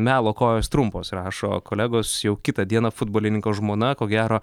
melo kojos trumpos rašo kolegos jau kitą dieną futbolininko žmona ko gero